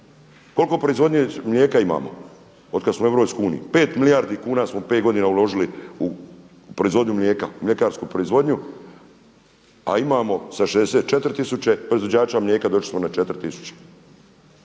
Koliko proizvodnje mlijeka imamo od kada smo u Europskoj uniji? 5 milijardi kuna smo u 5 godina uložili u proizvodnju mlijeka, mljekarsku proizvodnju, a imamo sa 64 tisuće proizvođača mlijeka došli smo na 4